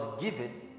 given